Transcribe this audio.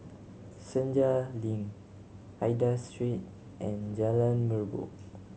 Senja Link Aida Street and Jalan Merbok